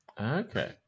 Okay